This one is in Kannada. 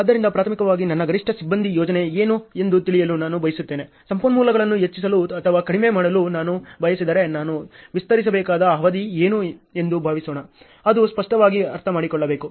ಆದ್ದರಿಂದ ಪ್ರಾಥಮಿಕವಾಗಿ ನನ್ನ ಗರಿಷ್ಠ ಸಿಬ್ಬಂದಿ ಸಂಯೋಜನೆ ಏನು ಎಂದು ತಿಳಿಯಲು ನಾನು ಬಯಸುತ್ತೇನೆ ಸಂಪನ್ಮೂಲಗಳನ್ನು ಹೆಚ್ಚಿಸಲು ಅಥವಾ ಕಡಿಮೆ ಮಾಡಲು ನಾನು ಬಯಸಿದರೆ ನಾನು ವಿಸ್ತರಿಸಬೇಕಾದ ಅವಧಿ ಏನು ಎಂದು ಭಾವಿಸೋಣ ಅದು ಸ್ಪಷ್ಟವಾಗಿ ಅರ್ಥಮಾಡಿಕೊಳ್ಳಬೇಕು